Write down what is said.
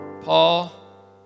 Paul